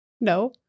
No